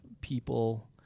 people